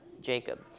Jacob